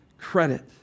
credit